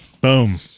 Boom